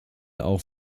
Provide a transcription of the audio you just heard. auch